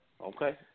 Okay